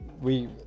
We-